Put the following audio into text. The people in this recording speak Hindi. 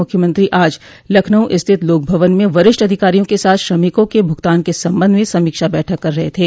मुख्यमंत्री आज लखनऊ स्थित लोकभवन में वरिष्ठ अधिकारियों के साथ श्रमिकों के भुगतान के संबंध में समीक्षा बैठक कर रहे थे